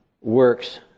works